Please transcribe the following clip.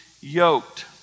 yoked